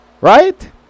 Right